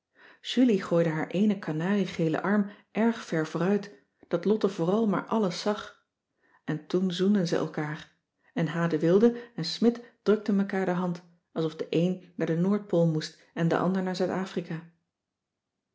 julie gooide haar eenen kanariegelen arm erg ver vooruit dat lotte vooral maar alles zag en toen zoenden ze elkaar en h de wilde en smidt drukten mekaar de hand alsof de een naar de noordpool moest en de ander naar